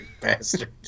Bastard